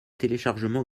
téléchargement